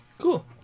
Cool